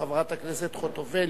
חברת הכנסת חוטובלי.